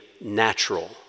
natural